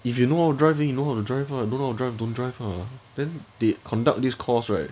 if you know how to drive then you know how to drive lah don't know how to drive don't drive lah then they conduct this course right